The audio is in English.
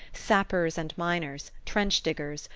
sappers and miners, trench-diggers,